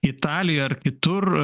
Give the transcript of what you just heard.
italijoj ar kitur